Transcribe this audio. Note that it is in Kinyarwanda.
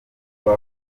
kuba